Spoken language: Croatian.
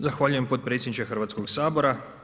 Zahvaljujem potpredsjedničke Hrvatskog sabora.